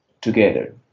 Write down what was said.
together